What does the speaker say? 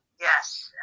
Yes